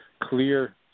clear